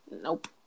Nope